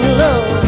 love